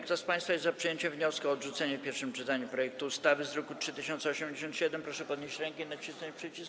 Kto z państwa jest za przyjęciem wniosku o odrzucenie w pierwszym czytaniu projektu ustawy z druku nr 3087, proszę podnieść rękę i nacisnąć przycisk.